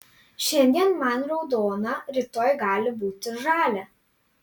šiandien man raudona rytoj gali būti žalia